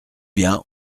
bien